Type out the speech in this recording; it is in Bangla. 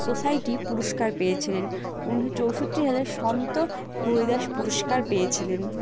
সোসাইটি পুরস্কার পেয়েছিলেন উনিশশো চৌষট্টি সালে সন্ত হরিদাস পুরস্কার পেয়েছিলেন